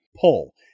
pull